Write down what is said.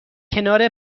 کنار